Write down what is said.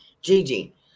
Gigi